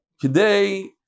Today